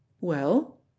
Well